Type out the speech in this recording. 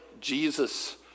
Jesus